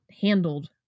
handled